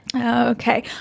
Okay